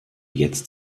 jetzt